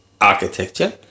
architecture